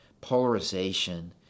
polarization